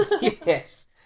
Yes